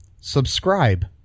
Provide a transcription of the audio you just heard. subscribe